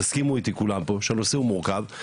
תסכימו איתי כולם פה שהנושא הוא מורכב,